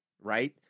right